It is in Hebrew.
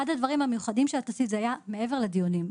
אחד הדברים המיוחדים שעשית היה מעבר לדיונים.